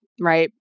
right